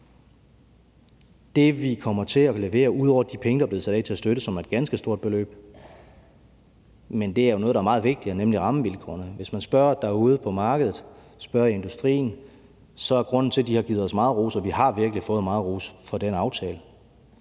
Det, vi kommer til at levere ud over de penge, der er blevet sat af til at støtte det, som er et ganske stort beløb, er jo noget, der er meget vigtigere, nemlig rammevilkårene. Hvis man spørger derude på markedet, spørger industrien, så er grunden til, at de har givet os meget ros – og vi har virkelig fået meget ros for den aftale